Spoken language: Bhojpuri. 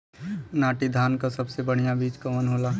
नाटी धान क सबसे बढ़िया बीज कवन होला?